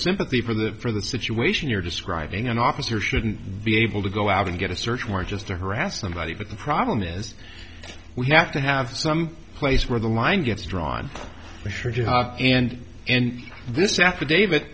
sympathy for the for the situation you're describing an officer shouldn't be able to go out and get a search warrant just to harass somebody but the problem is we have to have some place where the line gets drawn for sure and in this affidavit